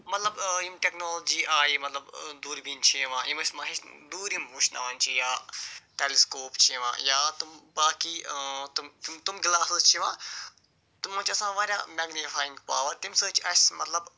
مطلب یِم ٹٮ۪کنالوجی آیہِ مطلب دوٗر بیٖن چھِ یِوان یِم أسۍ ما ہیٚچھ دوٗرِ یِم وُچھناون چھِ یا ٹیلِس کوپ چھِ یِوان یا تِم باقٕے تِم تِم گِلاسِز چھِ یِوان تِمن چھِ آسان وارِیاہ مٮ۪گنہِ فاینٛگ پاور تَمہِ سۭتۍ چھِ اَسہِ مطلب